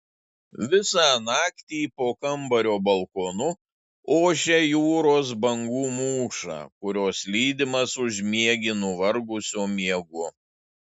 visą naktį po kambario balkonu ošia jūros bangų mūša kurios lydimas užmiegi nuvargusio miegu